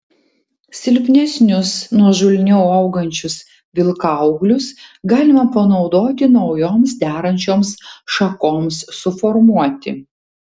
silpnesnius nuožulniau augančius vilkaūglius galima panaudoti naujoms derančioms šakoms suformuoti